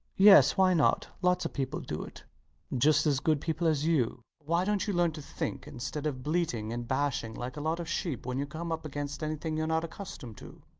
yes, why not? lots of people do it just as good people as you. why dont you learn to think, instead of bleating and bashing like a lot of sheep when you come up against anything youre not accustomed to?